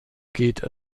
geht